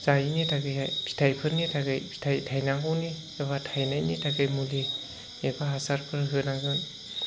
जायिनि थाखायहाय फिथाइफोरनि थाखाय फिथाइ थायनांगौनि एबा थायनायनि थाखाय मुलि एबा हासारफोर होनांगोन